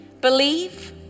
Believe